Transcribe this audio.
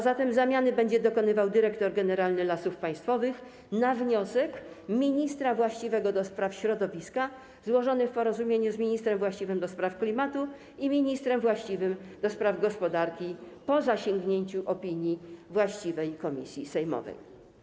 Zamiany będzie dokonywał dyrektor generalny Lasów Państwowych na wniosek złożony przez ministra właściwego do spraw środowiska w porozumieniu z ministrem właściwym do spraw klimatu i ministrem właściwym do spraw gospodarki po zasięgnięciu opinii właściwej komisji sejmowej.